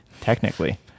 technically